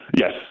Yes